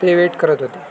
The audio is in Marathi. ते वेट करत होते